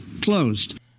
closed